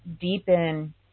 deepen